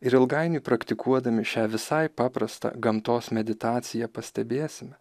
ir ilgainiui praktikuodami šią visai paprastą gamtos meditaciją pastebėsime